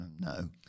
No